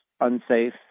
unsafe